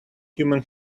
human